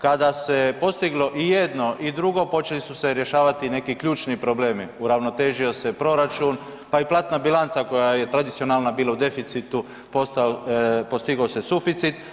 Kada se postiglo i jedno i drugo, počeli su se rješavati neki ključni problemi, uravnotežio se proračun, pa i platna bilanca koja je tradicionalno bila u deficitu, postigao se suficit.